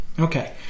Okay